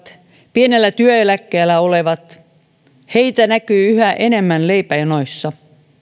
pienellä työeläkkeellä olevia näkyy yhä enemmän leipäjonoissa